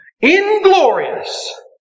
Inglorious